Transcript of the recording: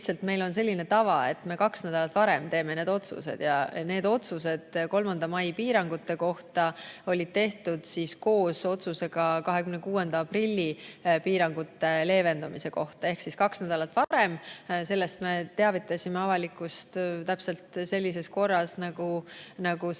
meil on selline tava, et me kaks nädalat varem teeme need otsused ja otsused 3. mai piirangute kohta olid tehtud koos otsusega 26. aprillil piirangute leevendamise kohta ehk kaks nädalat varem. Sellest me teavitasime avalikkust täpselt sellises korras, nagu me